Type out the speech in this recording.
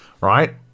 Right